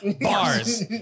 Bars